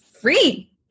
free